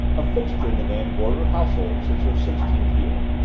a fixture in the van gorder household since her sixteenth year,